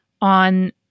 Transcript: on